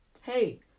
Hey